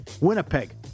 Winnipeg